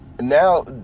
Now